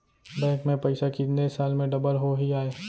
Bank में पइसा कितने साल में डबल होही आय?